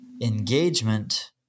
Engagement